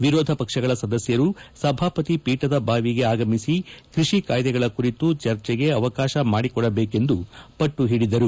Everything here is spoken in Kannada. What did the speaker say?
ವಿರೋಧ ಪಕ್ಷಗಳ ಸದಸ್ಯರು ಸಭಾಪತಿ ಪೀಠದ ಬಾವಿಗೆ ಆಗಮಿಸಿ ಕೃಷಿ ಕಾಯ್ದೆಗಳ ಕುರಿತು ಚರ್ಚೆಗೆ ಅವಕಾಶ ಮಾಡಿಕೊಡಬೇಕೆಂದು ಪಟ್ಟು ಹಿಡಿದರು